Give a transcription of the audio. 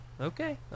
Okay